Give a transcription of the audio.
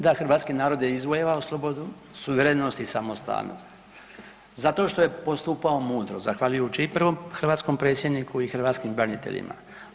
Da, hrvatski narod je izvojevao slobodu, suverenost i samostalnost zato što je postupao mudro, zahvaljujući i prvom hrvatskom predsjedniku i hrvatskim braniteljima.